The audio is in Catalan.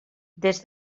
des